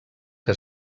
que